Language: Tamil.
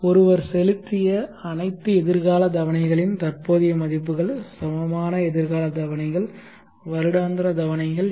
ஒருவர் செலுத்திய அனைத்து எதிர்கால தவணைகளின் தற்போதைய மதிப்புகள் சமமான எதிர்கால தவணைகள் வருடாந்திர தவணைகள் என்ன